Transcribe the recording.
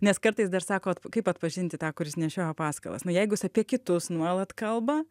nes kartais dar sakot kaip atpažinti tą kuris nešioja paskalas na jeigu jis apie kitus nuolat kalba